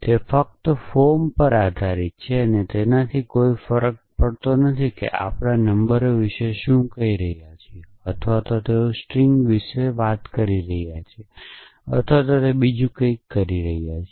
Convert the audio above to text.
તે ફક્ત ફોર્મ પર આધારીત છે તેનાથી કોઈ ફરક પડતો થી કે આપણે નંબરો વિશે શું કહીએ છીએ અથવા તેઓ સ્ટ્રિંગ વિશે વાત કરી રહ્યા છે અથવા તેઓ કંઈક બીજું વાત કરી રહ્યા છે